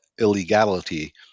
illegality